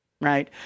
Right